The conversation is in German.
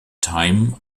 time